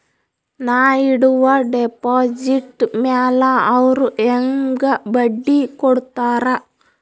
ನಾ ಇಡುವ ಡೆಪಾಜಿಟ್ ಮ್ಯಾಲ ಅವ್ರು ಹೆಂಗ ಬಡ್ಡಿ ಕೊಡುತ್ತಾರ?